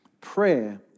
prayer